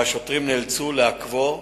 והשוטרים נאלצו לעכבו לתחנה.